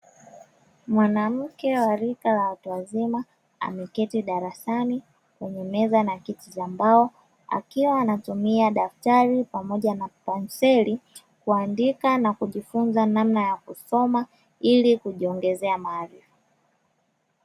Mwanamke wa rika la watu wazima ameketi darasani kwenye meza na kiti cha mbao, akiwa anatumia daftari pamoja na penseli kuandika pamoja nakujifunza namna ya kusoma, ili kujiongezea maarifa.